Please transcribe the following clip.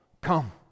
come